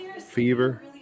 fever